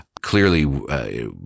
Clearly